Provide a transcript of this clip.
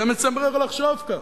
זה מצמרר לחשוב כך.